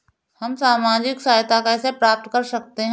हम सामाजिक सहायता कैसे प्राप्त कर सकते हैं?